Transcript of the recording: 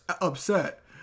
upset